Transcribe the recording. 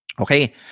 Okay